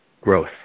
growth